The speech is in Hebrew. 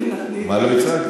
מה לא הצעת?